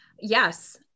Yes